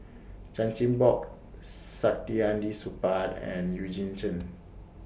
Chan Chin Bock Saktiandi Supaat and Eugene Chen